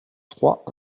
trois